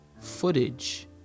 footage